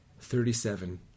thirty-seven